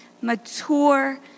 mature